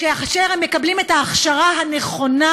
כאשר הם מקבלים את ההכשרה הנכונה,